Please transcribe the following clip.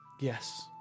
yes